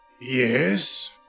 Yes